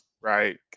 right